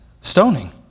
stoning